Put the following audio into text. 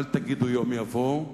אל תגידו יום יבוא,